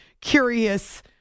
curious